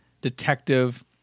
detective